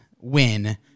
win